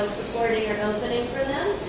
supporting or opening for them.